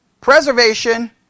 preservation